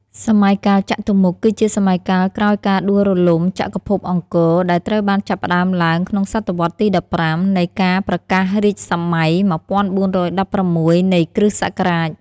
សម័យកាលចតុមុខ គឺជាសម័យកាលក្រោយការដួលរំលំចក្រភពអង្គរ ដែលត្រូវបានចាប់ផ្ដើមឡើងក្នុងស.វទី១៥ នៃការប្រកាសរាជសម័យ ១៤១៦ នៃគ.សករាជ។